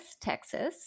Texas